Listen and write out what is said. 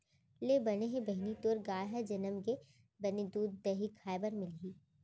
ले बने हे बहिनी तोर गाय ह जनम गे, बने दूद, दही खाय बर मिलही